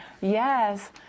Yes